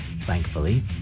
thankfully